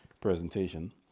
presentation